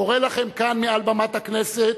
קורא לכם כאן מעל במת הכנסת,